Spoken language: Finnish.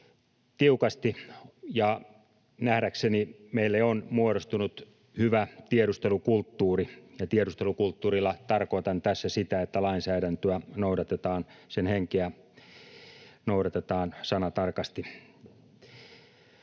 tiukasti, ja nähdäkseni meille on muodostunut hyvä tiedustelukulttuuri. Tiedustelukulttuurilla tarkoitan tässä sitä, että lainsäädännön henkeä noudatetaan sanatarkasti.